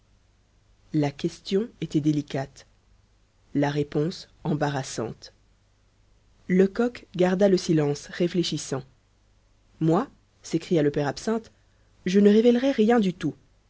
la question était délicate la réponse embarrassante lecoq garda le silence réfléchissant moi s'écria le père absinthe je ne révèlerais rien du tout